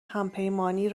همپیمانی